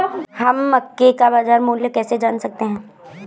हम मक्के का बाजार मूल्य कैसे जान सकते हैं?